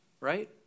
right